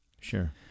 Sure